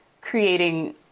creating